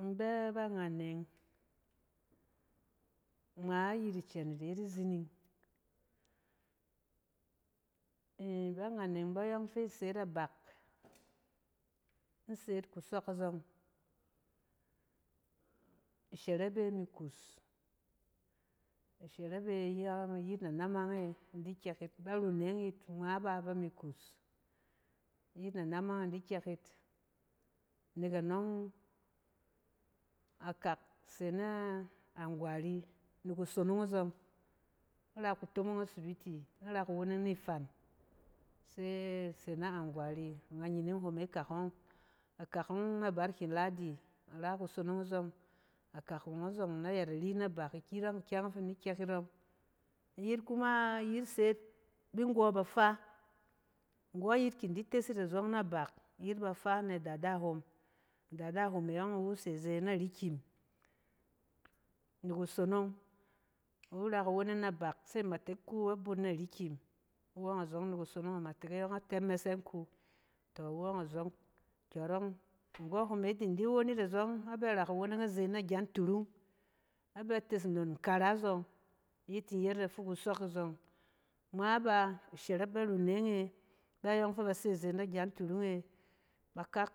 In bɛ ba nnganneng, ngma yit icɛn yit yet izining. ɛ-ba nganneng bayↄng fi ise yit na in se yit kusↄk azↄng. Ishɛrɛp e mi kus, ishɛrɛp yↄng iyit nanamong eɛ in di kyɛk yit, ba nanneng yit ngma b aba mi kus, iyit na naming e in di kyɛk yit. Nek anↄng akak se na angwari ni kusonong azong. Ara kutomong asibiti, ara kuweneng nifan se ase na angwari a ngannyining ho e kak ↄng. Allak ↄng na barkin ladi a ra kusonong a zↄng. akak ↄng azↄng na yɛt ari na bak iyit ↄng kyɛng ↄng fin di kyɛk yit ↄng. Iyit kuma, iyit se yit bin nggↄ bafas. Nggↄyit kindi tes yit azↄng na bak iyit bafaa nɛ adada hom. A dada hom e yↄng iwu se ze na rikin niku sonong. Iwu ra kuweneng na bak se matek ku a bun na rikin. Iwu ↄng a zↄng ni kusonong, amatek ayↄng a tɛ mɛsɛng ku. tↄ iwu ↄng azↄng kyↄrↄng. Nggↄ hom e kin di won yit azↄng a bɛ ra kuweneng aze na gyang turung a bɛ tes nnon nkara azↄng. iyit tin yet yitba fi kusↄk azↄng, ngma ba ishɛrɛp barunneng e bayↄng fɛ ba sɛze ne gyang turung e bakak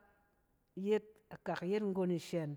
yet, akak yet nggon ishɛn.